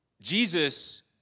Jesus